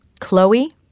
Chloe